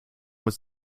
was